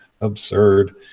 absurd